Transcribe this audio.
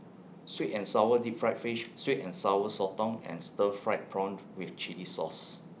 Sweet and Sour Deep Fried Fish Sweet and Sour Sotong and Stir Fried Prawn to with Chili Sauce